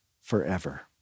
forever